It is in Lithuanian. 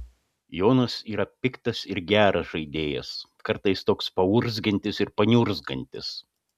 jonas yra piktas ir geras žaidėjas kartais toks paurzgiantis ir paniurzgantis